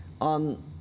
on